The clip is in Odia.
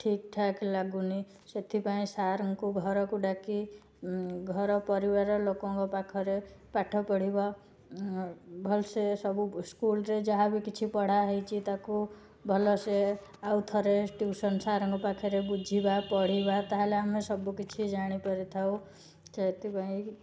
ଠିକ୍ ଠାକ୍ ଲାଗୁନି ସେଥିପାଇଁ ସାର୍ ଙ୍କୁ ଘରକୁ ଡାକି ଉଁ ଘର ପରିବାର ଲୋକଙ୍କ ପାଖରେ ପାଠ ପଢ଼ିବା ଭଲସେ ସବୁ ସ୍କୁଲରେ ଯାହା ବି କିଛି ପଢ଼ା ହେଇଛି ତାକୁ ଭଲସେ ଆଉଥରେ ଟିଉସନ୍ ସାର୍ ଙ୍କ ପାଖରେ ବୁଝିବା ପଢ଼ିବା ତାହେଲେ ଆମେ ସବୁ କିଛି ଜାଣିପାରି ଥାଉ ସେଥିପାଇଁ